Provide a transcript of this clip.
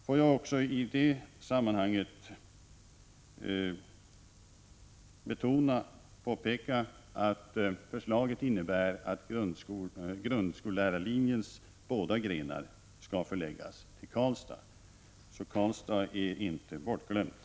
Får jag i detta sammanhang också påpeka att utskottets förslag innebär att grundskollärarlinjens båda grenar skall förläggas till Karlstad, så Karlstad är inte bortglömt.